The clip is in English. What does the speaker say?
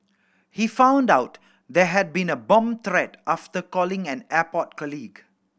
he found out there had been a bomb threat after calling an airport colleague